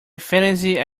fantasy